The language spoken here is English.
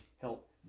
help